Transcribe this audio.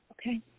okay